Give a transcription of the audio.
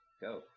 go